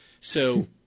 so-